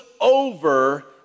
over